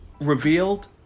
revealed